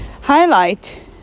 highlight